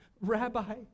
Rabbi